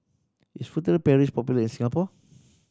is Furtere Paris popular in Singapore